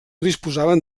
disposaven